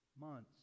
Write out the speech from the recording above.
months